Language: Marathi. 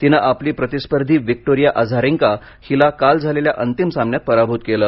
तिनी आपली प्रतिस्पर्धी विक्टोरिया अझारेन्का हिला काल झालेल्या अंतिम सामन्यात पराभूत केलं